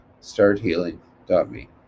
starthealing.me